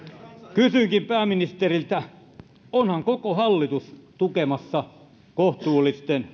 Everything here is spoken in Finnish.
kysynkin pääministeriltä onhan koko hallitus tukemassa kohtuullisten